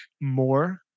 more